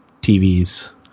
TVs